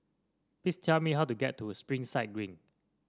please tell me how to get to Springside Green